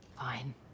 Fine